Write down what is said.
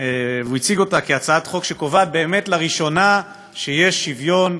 והוא הציג אותה כהצעת חוק שקובעת באמת לראשונה שיש שוויון,